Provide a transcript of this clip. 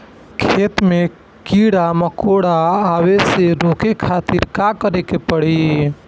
खेत मे कीड़ा मकोरा के आवे से रोके खातिर का करे के पड़ी?